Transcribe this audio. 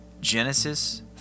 Genesis